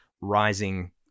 rising